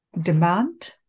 demand